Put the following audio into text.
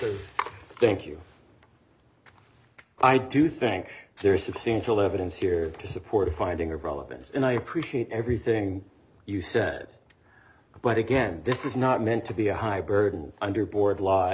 to thank you i do think there's a potential evidence here to support a finding of relevance and i appreciate everything you sad but again this is not meant to be a high burden under board law